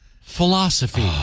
philosophy